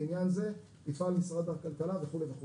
בעניין זה יפעל משרד הכלכלה וכו' וכו'.